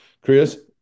Chris